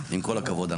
עם כל הכבוד.